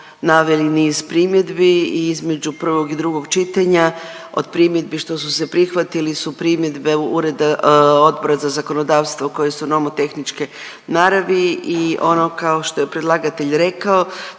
naveli niz primjedbi i između prvog i drugog čitanja od primjedbi što se prihvatili su primjedbe Odbora za zakonodavstvo koje su nomotehničke naravi. I ono kao što je predlagatelj rekao,